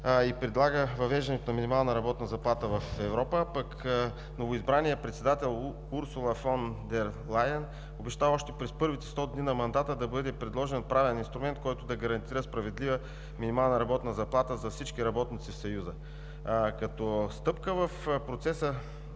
и предлага въвеждането на минимална работна заплата в Европа, пък новоизбраният председател Урсула фон дер Лайен обеща още през първите сто дни на мандата да бъде предложен правен инструмент, който да гарантира справедлива минимална работна заплата за всички работници в Съюза. Като стъпка в процеса